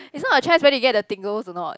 is not a choice whether you get the tingles a not